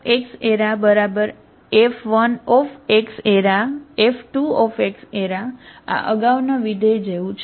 FxF1x F2x આ અગાઉના વિધેય જેવું છે